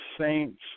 Saints